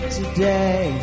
today